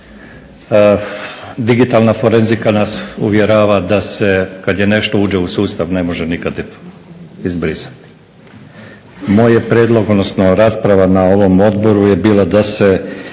Digitalna forenzika nas uvjerava da se kad nešto uđe u sustav ne može nikad izbrisati. Moj je prijedlog, odnosno rasprava na ovom odboru je bila da se